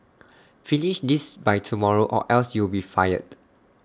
finish this by tomorrow or else you will be fired